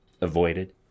avoided